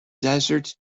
desert